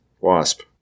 Wasp